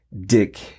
dick